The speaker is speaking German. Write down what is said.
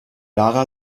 lara